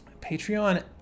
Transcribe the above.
Patreon